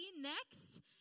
next